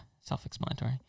self-explanatory